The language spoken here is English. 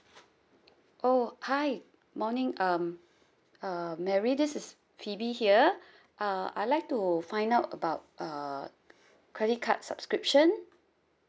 oh hi morning um uh mary this is phoebe here uh I'd like to find out about uh credit card subscription